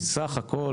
בסך הכול,